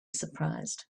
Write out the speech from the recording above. surprised